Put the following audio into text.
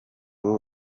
ubu